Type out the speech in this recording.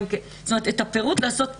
כלומר את הפירוט לעשות פה.